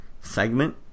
segment